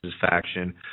faction